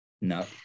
No